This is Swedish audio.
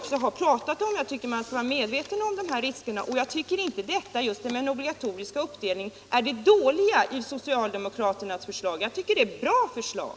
Man bör vara medveten om riskerna. Det är inte just den obligatoriska uppdelningen som är det dåliga i socialdemokraternas förslag — jag tycker att obligatoriet är ett bra förslag.